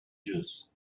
jews